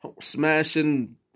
smashing